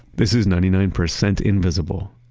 this is ninety nine percent invisible.